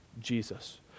Jesus